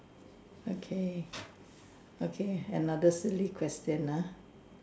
okay okay another silly question ah